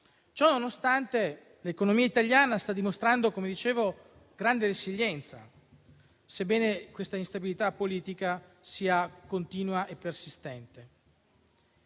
Ciononostante, l'economia italiana sta dimostrando grande resilienza, sebbene questa instabilità politica sia continua e persistente.